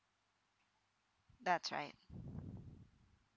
that's right